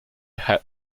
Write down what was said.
had